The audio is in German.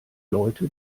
leute